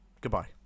goodbye